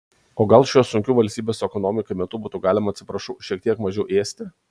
o gal šiuo sunkiu valstybės ekonomikai metu būtų galima atsiprašau šiek tiek mažiau ėsti